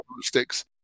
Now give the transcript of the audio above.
sticks